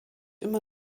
immer